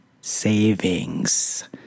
Savings